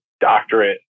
doctorate